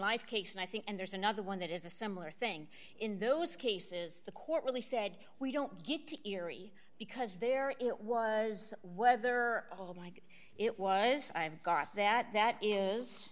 life case and i think and there's another one that is a similar thing in those cases the court really said we don't get to erie because there it was whether like it was i've got that that is